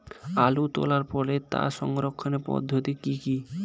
আলু তোলার পরে তার সংরক্ষণের পদ্ধতি কি কি?